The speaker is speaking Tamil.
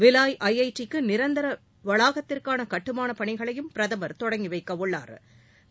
பிலாய் ஐ ஐ டி க்கு நிரந்தர வளாகத்திற்கான கட்டுமான பணிகளையும் பிரதமர் தொடங்கி வைக்கவுள்ளாா்